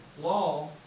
law